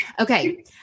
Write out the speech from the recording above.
Okay